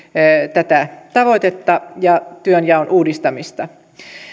tätä tavoitetta ja työnjaon uudistamista